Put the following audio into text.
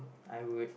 I would